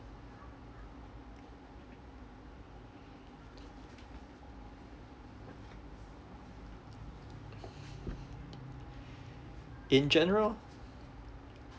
in general